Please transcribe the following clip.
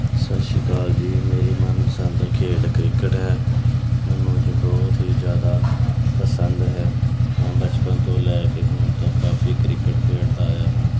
ਸਤਿ ਸ਼੍ਰੀ ਅਕਾਲ ਜੀ ਮੇਰੀ ਮਨਪਸੰਦ ਦਾ ਖੇਡ ਕ੍ਰਿਕਟ ਹੈ ਮੈਨੂੰ ਇਹ ਬਹੁਤ ਹੀ ਜ਼ਿਆਦਾ ਪਸੰਦ ਹੈ ਮੈਂ ਬਚਪਨ ਤੋਂ ਲੈ ਕੇ ਹੁਣ ਤੱਕ ਕਾਫੀ ਕ੍ਰਿਕਟ ਖੇਡਦਾ ਆਇਆ ਹਾਂ